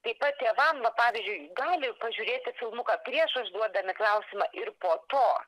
taip pat tėvam va pavyzdžiui gali pažiūrėti filmuką prieš užduodami klausimą ir po to